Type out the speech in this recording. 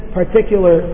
particular